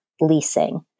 leasing